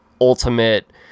ultimate